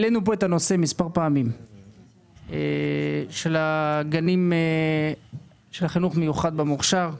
מספר פעמים העלינו כאן את הנושא של החינוך המיוחד במוכשר.